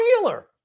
Wheeler